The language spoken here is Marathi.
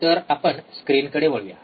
तर आपण स्क्रीनकडे वळूया